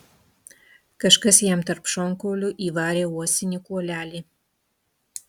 kažkas jam tarp šonkaulių įvarė uosinį kuolelį